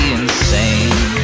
insane